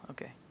Okay